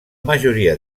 majoria